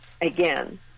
again